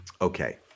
Okay